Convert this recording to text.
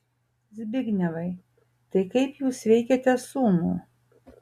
zbignevai tai kaip jūs veikiate sūnų